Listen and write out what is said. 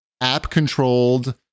App-controlled